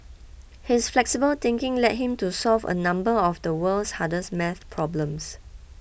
his flexible thinking led him to solve a number of the world's hardest math problems